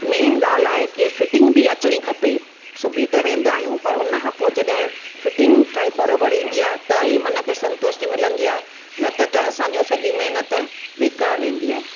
main ॻाल्हि आहे की फ़िटिंग बि अचणी खपे सुबी त वेंदा आहियूं पर उनखां पोइ जॾहिं फ़िटिंग ठ बराबरु ईंदी आहे त ई मन खे संतुष्टी मिलंदी आहे न त त असांजी सॼी महिनत बेकारु वेंदी आहे